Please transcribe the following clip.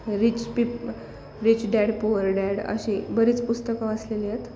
reach peep rich dad poor dad अशी बरीच पुस्तकं वाचलेली आहेत